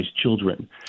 children